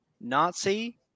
Nazi